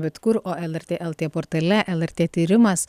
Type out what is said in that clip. bet kur o lrt lt portale lrt tyrimas